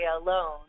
alone